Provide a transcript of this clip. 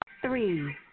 Three